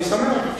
אני שמח.